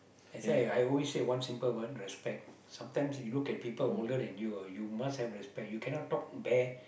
that's why I always say one simple word respect sometimes you look at people older than you ah you must have respect you cannot talk bad